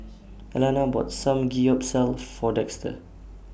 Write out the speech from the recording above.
Elana bought Samgyeopsal For Dexter